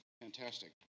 fantastic